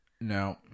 No